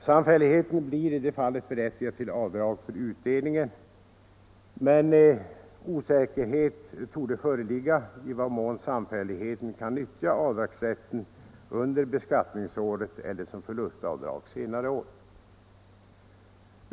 Samfälligheten blir i det fallet berättigad till avdrag för utdelningen, men osäkerhet torde föreligga om i vad mån samfälligheten kan nyttja avdragsrätten under beskattningsåret eller som förlustavdrag senare år.